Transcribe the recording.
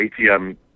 ATM